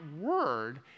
word